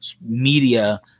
media